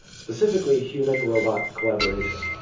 specifically, human-robot collaboration.